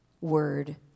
word